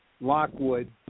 Lockwood